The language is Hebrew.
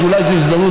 אולי זאת ההזדמנות,